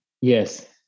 Yes